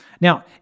Now